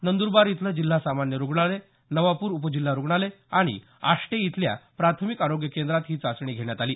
नंद्रबार इथलं जिल्हा सामान्य रुग्णालय नवापूर उपजिल्हा रुग्णालय आणि आष्टे इथल्या प्राथमिक आरोग्य केंद्रात ही चाचणी घेण्यात आली